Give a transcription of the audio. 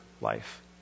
life